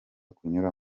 kunyura